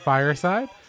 Fireside